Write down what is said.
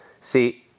See